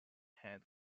head